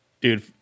Dude